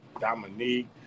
Dominique